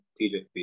TJP